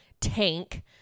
tank